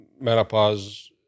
menopause